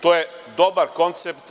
To je dobar koncept.